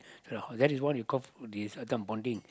for the holiday that is what you call this one bonding